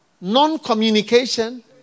non-communication